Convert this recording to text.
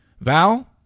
Val